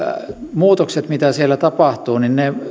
muutokset mitä siellä tapahtuu